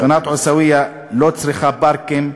שכונת עיסאוויה לא צריכה פארקים,